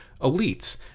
elites